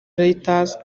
reuters